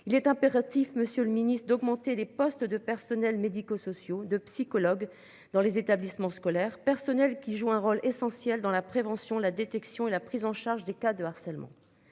il est impératif. Monsieur le Ministre, d'augmenter les postes de personnels médicaux sociaux de psychologues dans les établissements scolaires personnel qui joue un rôle essentiel dans la prévention, la détection et la prise en charge des cas de harcèlement.